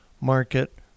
market